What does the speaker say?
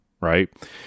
right